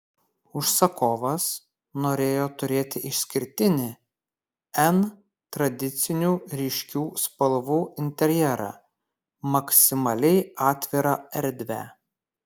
užsakovas norėjo turėti išskirtinį n tradicinių ryškių spalvų interjerą maksimaliai atvirą erdvę